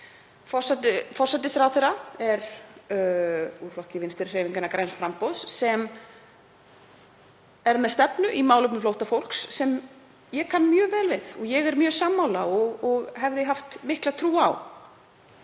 Forsætisráðherra er úr flokki Vinstri hreyfingarinnar – græns framboðs sem er með stefnu í málefnum flóttafólks sem ég kann mjög vel við og er mjög sammála og hafði mikla trú á.